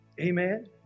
Amen